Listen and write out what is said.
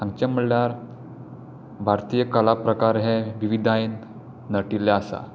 सांगचें म्हणल्यार भारतीय कला प्रकार हे विविधतायेन नटील्ले आसात